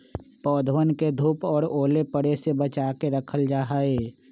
पौधवन के धूप और ओले पड़े से बचा के रखल जाहई